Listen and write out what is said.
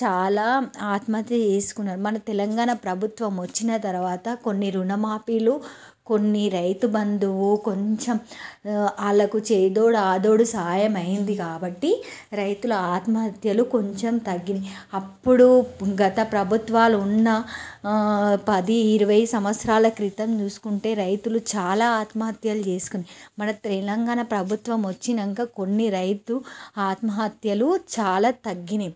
చాలా ఆత్మహత్య చేసుకున్నారు మన తెలంగాణ ప్రభుత్వం వచ్చిన తరువాత కొన్ని రుణమాఫీలు కొన్ని రైతుబంధువు కొంచెం వాళ్ళకు చేదోడు వాదోడు సాయమైంది కాబట్టి రైతుల ఆత్మహత్యలు కొంచెం తగ్గాయి అప్పుడు గత ప్రభుత్వాలు ఉన్న పది ఇరవై సంవత్సరాల క్రితం చూసుకుంటే రైతులు చాలా ఆత్మహత్యలు చేసుకొని మన తెలంగాణ ప్రభుత్వం వచ్చాక కొన్ని రైతు ఆత్మహత్యలు చాలా తగ్గాయి